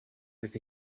with